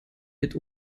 mit